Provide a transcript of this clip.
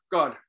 God